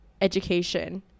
education